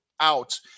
out